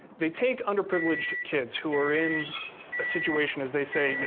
they take underprivileged kids who are in a situation, as they say, you know